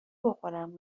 بخورم